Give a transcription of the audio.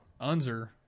Unzer